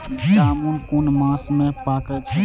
जामून कुन मास में पाके छै?